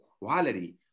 quality